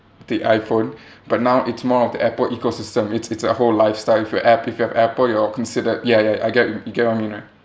the iphone but now it's more of the apple ecosystem it's it's a whole lifestyle if you app~ if you've apple you're considered ya ya I get y~ you get what I mean right